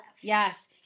Yes